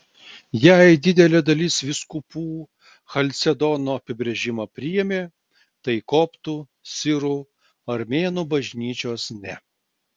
jei didelė dalis vyskupų chalcedono apibrėžimą priėmė tai koptų sirų armėnų bažnyčios ne